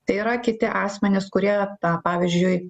tai yra kiti asmenys kurie tą pavyzdžiui